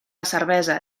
cervesa